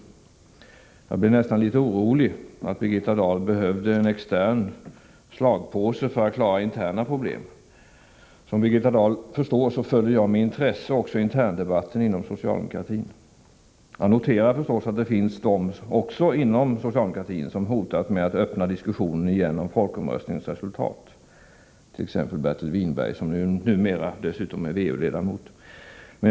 Jag blev nästan litet orolig vid tanken att Birgitta Dahl behövde en extern slagpåse för att klara interna problem. Som Birgitta Dahl förstår följer jag med intresse också interndebatten inom socialdemokratin. Jag noterar självfallet att det också inom det socialdemokratiska partiet finns sådana som hotat med att återigen ta upp diskussionen om folkomröstningens resultat — t.ex. Bertil Whinberg, som numera dessutom är VU-ledamot inom partiet.